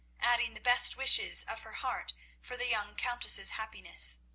adding the best wishes of her heart for the young countess's happiness.